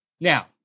Now